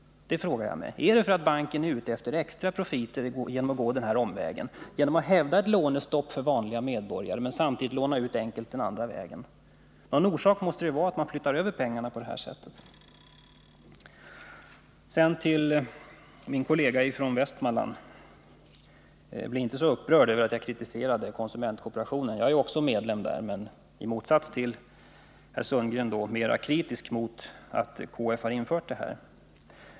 Är det för att banken skall få extra profiter genom att gå den här omvägen? Man hävdar ett lånestopp för vanliga medborgare men samtidigt lånar man ut enkelt den andra vägen. Någon anledning måste det finnas till att man flyttar över pengarna på det här sättet. Sedan till min kollega från Västmanland. Bli inte så upprörd över att jag kritiserade konsumentkooperationen! Jag är också medlem i den, men i motsats till herr Sundgren är jag kritisk till att KF infört kontokort.